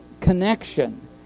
connection